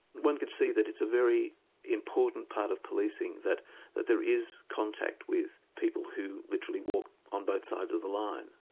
one can see that it's a very important part of policing, that that there is contact with people who literally walk on both sides of the line,